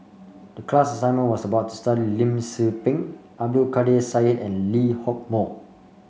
the class assignment was about study Lim Tze Peng Abdul Kadir Syed and Lee Hock Moh